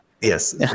Yes